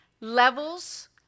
levels